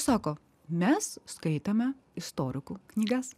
sako mes skaitėme istorikų knygas